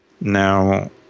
Now